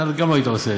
אתה גם לא היית עושה.